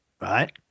right